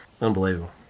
Unbelievable